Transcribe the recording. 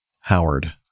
Howard